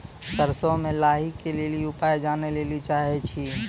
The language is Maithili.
सरसों मे लाही के ली उपाय जाने लैली चाहे छी?